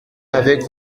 avec